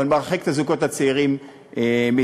אבל מרחיק את הזוגות הצעירים מדיור.